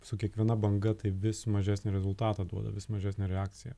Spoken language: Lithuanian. su kiekviena banga tai vis mažesnį rezultatą duoda vis mažesnė reakcija